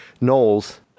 Knowles